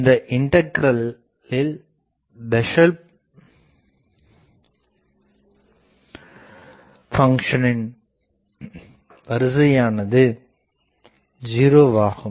இந்த இண்டக்கிரலில் பேசல் பங்க்ஷனின் வரிசையானது 0 ஆகும்